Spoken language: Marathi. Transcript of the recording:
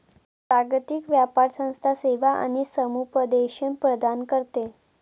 जागतिक व्यापार संस्था सेवा आणि समुपदेशन प्रदान करते